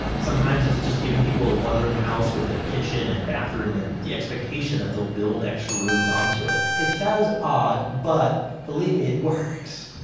sometimes it's just giving people a one-room house with a kitchen and bathroom and the expectation that they'll build extra rooms onto it it sounds odd, but believe me, it works